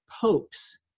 popes